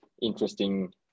interesting